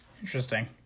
Interesting